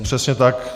Přesně tak.